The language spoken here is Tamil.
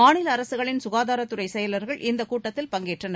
மாநில அரசுகளின் சுகாதாரத்துறைச் செயவர்கள் இந்தக் கூட்டத்தில் பங்கேற்றனர்